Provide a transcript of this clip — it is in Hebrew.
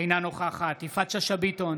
אינה נוכחת יפעת שאשא ביטון,